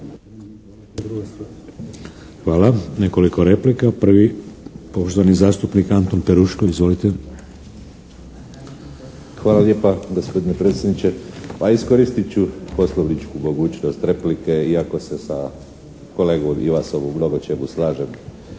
Hvala. Nekoliko replika. Prvi poštovani zastupnik Anton Peruško. Izvolite! **Peruško, Anton (SDP)** Hvala lijepa gospodine predsjedniče. Iskoristit ću poslovničku mogućnost replike iako se sa kolegom Ivasom u mnogočemu slažem